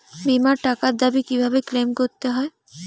বিমার টাকার দাবি কিভাবে ক্লেইম করতে হয়?